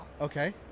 Okay